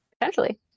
potentially